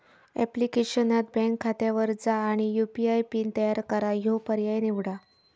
ऍप्लिकेशनात बँक खात्यावर जा आणि यू.पी.आय पिन तयार करा ह्यो पर्याय निवडा